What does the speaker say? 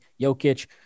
Jokic